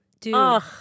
Dude